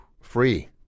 free